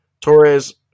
Torres